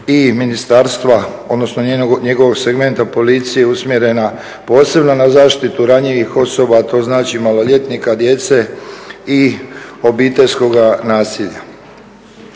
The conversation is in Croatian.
i ministarstva, odnosno njegovog segmenta policije usmjerena posebno na zaštitu ranjivih osoba, a to znači maloljetnika, djece i obiteljskoga nasilja.